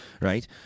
right